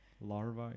larvae